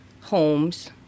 homes